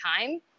time